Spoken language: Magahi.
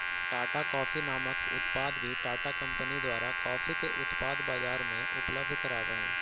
टाटा कॉफी नामक उत्पाद भी टाटा कंपनी द्वारा कॉफी के उत्पाद बजार में उपलब्ध कराब हई